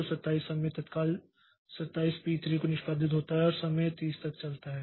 तो 27 समय तत्काल 27 पी 3 से निष्पादित होता है और समय 30 तक चला जाता है